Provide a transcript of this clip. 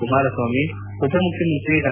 ಕುಮಾರಸ್ವಾಮಿ ಉಪ ಮುಖ್ಯಮಂತ್ರಿ ಡಾ